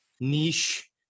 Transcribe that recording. niche